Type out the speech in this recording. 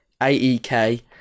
AEK